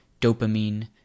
dopamine